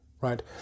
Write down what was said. right